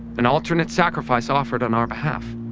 an alternate sacrifice offered on our behalf,